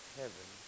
heaven